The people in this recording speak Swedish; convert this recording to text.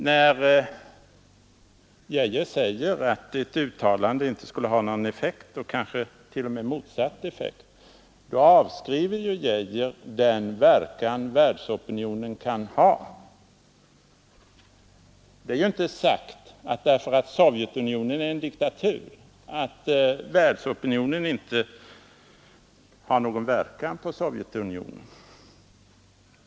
När herr Geijer säger att ett uttalande inte skulle ha någon effekt eller kanske t.o.m. en negativ effekt, då avskriver han den verkan en världsopinion kan ha. Det är ju inte sagt att inte världsopinionen har någon verkan på Sovjetunionen därför att det är en diktatur.